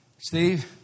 Steve